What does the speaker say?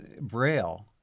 Braille